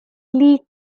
lee